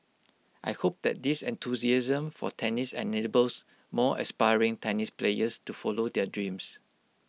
I hope that this enthusiasm for tennis enables more aspiring tennis players to follow their dreams